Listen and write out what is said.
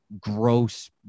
gross